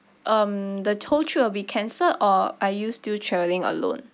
um the whole trip will be cancelled or are you still travelling alone